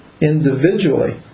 individually